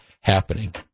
happening